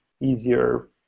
easier